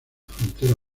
frontera